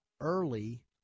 early